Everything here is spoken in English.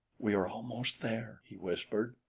we are almost there, he whispered.